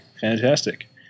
fantastic